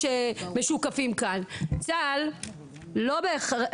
צה"ל תמיד ---,